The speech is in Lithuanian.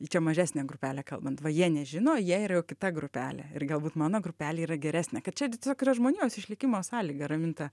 čia mažesnė grupelė kalbant va jie nežino jie yra jau kita grupelė ir galbūt mano grupelė yra geresnė kad čia tiesiog yra žmonijos išlikimo sąlyga raminta